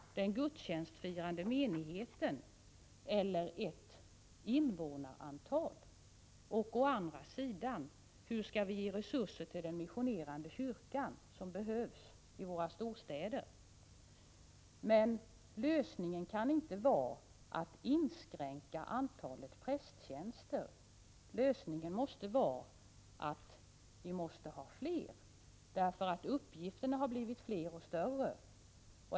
Är det den gudstjänstfirande menigheten eller invånarantalet? Å andra sidan kan man fråga sig: Hur skall vi ge resurser till den missionerande kyrkan som behövs i våra storstäder? Lösningen kan inte vara att inskränka antalet prästtjänster. Lösningen måste vara att inrätta fler sådana tjänster, därför att uppgifterna har blivit fler och större.